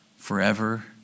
forever